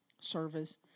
service